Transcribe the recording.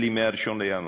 אלי, מ-1 בינואר.